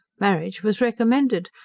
marriage was recommended,